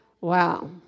Wow